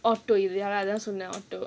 orto ya lah orto